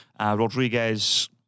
Rodriguez